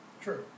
True